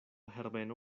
herbeno